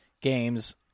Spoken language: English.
games